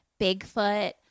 Bigfoot